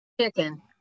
Chicken